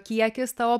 kiekis tavo